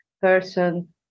person